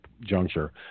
juncture